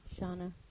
Shauna